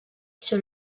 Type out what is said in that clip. sur